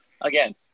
Again